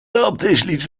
hauptsächlich